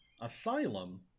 Asylum